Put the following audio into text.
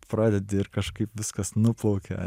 pradedi ir kažkaip viskas nuplaukia